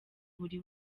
buri